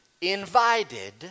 invited